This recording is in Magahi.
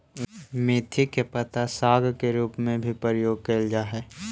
मेथी के पत्ता साग के रूप में भी प्रयोग कैल जा हइ